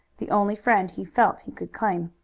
the only friend he felt he could claim.